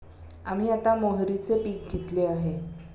आम्ही आता मोहरीचे पीक घेतले आहे